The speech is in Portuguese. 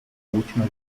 última